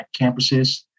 campuses